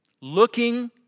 looking